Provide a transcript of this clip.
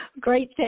Great